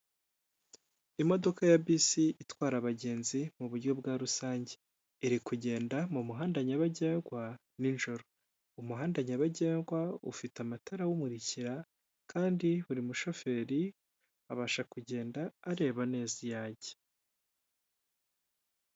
Imodoka ya bisi itwara abagenzi mu buryo bwa rusange, iri kugenda mu muhanda nyabagendwa nijoro, umuhanda nyabagendwa ufite amatara awumurikira kandi buri mushoferi abasha kugenda areba neza iyo ajya.